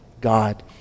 God